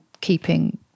keeping